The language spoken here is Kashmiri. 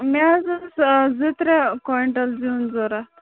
مےٚ حظ اوس زٕ ترٛےٚ کۅنٛٹل زیُن ضروٗرت